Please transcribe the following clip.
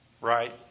Right